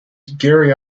gary